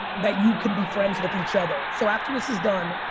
that you can be friends with each other. so after this is done,